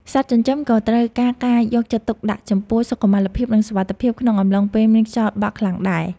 សត្វចិញ្ចឹមក៏ត្រូវការការយកចិត្តទុកដាក់ចំពោះសុខុមាលភាព និង សុវត្ថិភាពក្នុងអំឡុងពេលមានខ្យល់បក់ខ្លាំងដែរ។